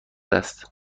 است